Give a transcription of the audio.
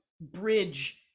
bridge